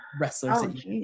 wrestlers